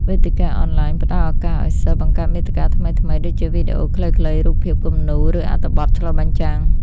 វេទិកាអនឡាញផ្ដល់ឱកាសឲ្យសិស្ស បង្កើតមាតិកាថ្មីៗ ដូចជាវីដេអូខ្លីៗ រូបភាពគំនូរ ឬអត្ថបទឆ្លុះបញ្ចាំង។